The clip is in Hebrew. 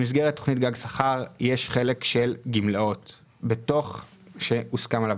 במסגרת תכנית גג שכר יש חלק של גמלאות שהוסכם עליו.